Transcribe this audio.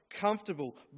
comfortable